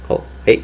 got fate